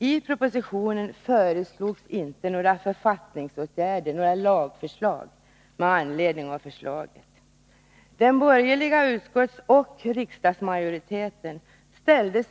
I propositionen föreslogs inte några författningsåtgärder med anledning av förslaget.